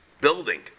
building